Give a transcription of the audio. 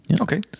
okay